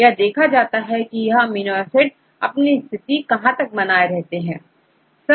यह देखा जाता है कि यह अमीनो एसिड अपनी स्थिति कहां तक बनाए रहते हैं